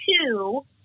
two